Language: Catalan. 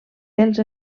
pels